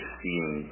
seeing